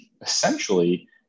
Essentially